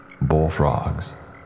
Bullfrogs